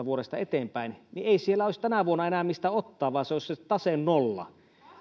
vuodesta kaksituhattaviisitoista eteenpäin niin ei siellä olisi tänä vuonna enää mistä ottaa vaan se tase olisi nolla